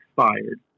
expired